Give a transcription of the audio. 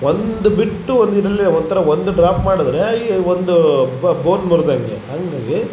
ಒಂದು ಬಿಟ್ಟು ಒಂದು ಇದರಲ್ಲೆ ಒಂಥರ ಒಂದು ಡ್ರಾಪ್ ಮಾಡಿದ್ರೆ ಈ ಒಂದು ಬೊನ್ ಮುರ್ದೋಗಿದೆ ಹಂಗಾಗಿ